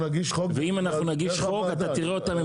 ואם אנחנו נגיש חוק אתה תראה אותם,